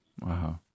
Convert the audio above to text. Wow